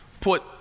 Put